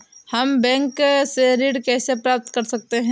हम बैंक से ऋण कैसे प्राप्त कर सकते हैं?